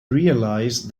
realize